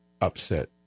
upset